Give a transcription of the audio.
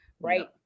right